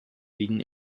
liegen